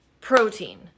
Protein